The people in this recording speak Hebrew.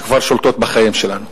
שכבר שולטות בחיים שלנו.